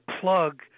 plug